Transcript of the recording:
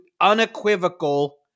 unequivocal